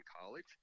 college